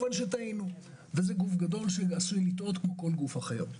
טעינו, וזה גוף גדול שעשוי לטעות כמו כל גוף אחד.